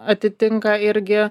atitinka irgi